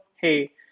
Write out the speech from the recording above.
hey